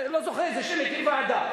לא זוכר את השם, הקים ועדה.